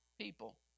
people